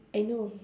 I know